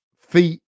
feet